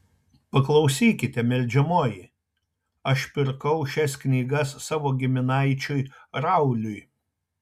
paklausykite meldžiamoji aš pirkau šias knygas savo giminaičiui rauliui